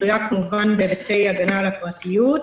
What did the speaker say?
תלויה כמובן בהיבטי הגנה על הפרטיות,